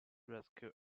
rescue